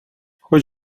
хоч